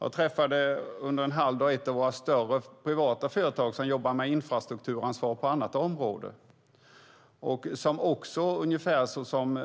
Jag träffade under en halv dag ett av våra större privata företag, som jobbar med infrastrukturansvar på ett annat område och som också, ungefär som